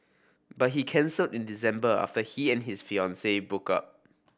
but he cancelled in December after he and his fiancee broke up